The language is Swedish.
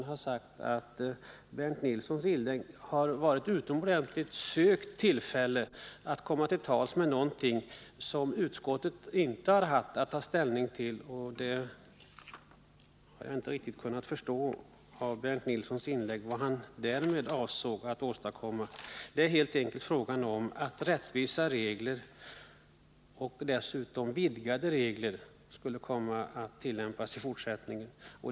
Han drar upp frågor som utskottet inte har haft att ta ställning till, och jag förstår inte vad han vill åstadkomma med det. Frågan nu gäller helt enkelt att rättvisare och vidgade regler skall tillämpas i fortsättningen.